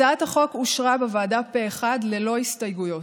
הצעת החוק אושרה בוועדה פה אחד ללא הסתייגויות.